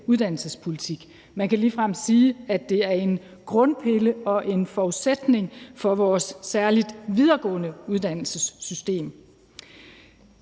uddannelsespolitik. Man kan ligefrem sige, at det er en grundpille og en forudsætning for særlig vores videregående uddannelsessystem.